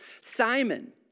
Simon